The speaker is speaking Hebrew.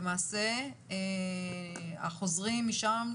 החוזרים משם,